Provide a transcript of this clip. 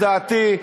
לדעתי,